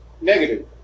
Negative